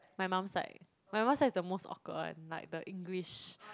my mum side my mum side is the most awkward one like the English